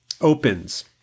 opens